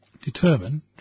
determine